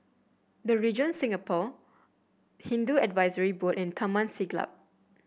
The Regent Singapore Hindu Advisory Board and Taman Siglap